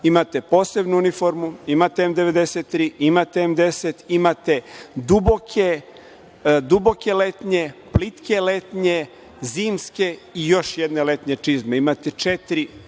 imate posebnu uniformu, imate M93, imate M10, imate duboke letnje, plitke letnje, zimske i još jedne letnje čizme.